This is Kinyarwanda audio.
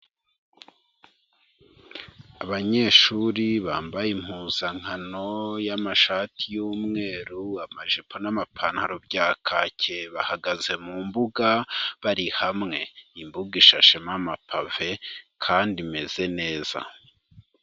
Abanyeshuri bambaye impuzankano y'amashati y'umweru, amajipo n'amapantaro bya kake, bahagaze mu mbuga bari hamwe, imbuga ishashemo amapave kandi imeze neza.